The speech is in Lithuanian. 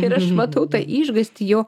ir aš matau tą išgąstį jo